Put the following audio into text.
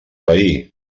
veí